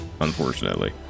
unfortunately